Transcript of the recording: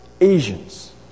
Asians